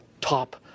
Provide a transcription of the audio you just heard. top